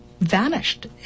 vanished